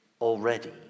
already